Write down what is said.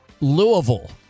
Louisville